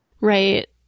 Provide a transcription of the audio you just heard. Right